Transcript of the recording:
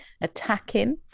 attacking